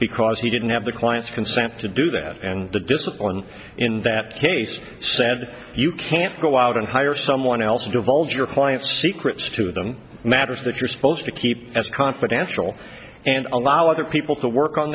because he didn't have the client's consent to do that and the discipline in that case said you can't go out and hire someone else to divulge your client's secrets to them matters that you're supposed to keep as confidential and allow other people to work on